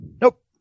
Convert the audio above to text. Nope